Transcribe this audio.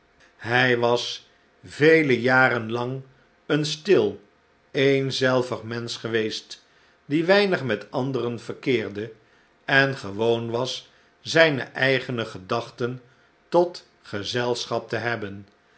hij was vele jaren lang een stil eenzelvig mensch geweest die weinig met anderen verkeerde en gewoon was zijne eigene gedachten tot gezelschap te hebben